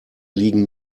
liegen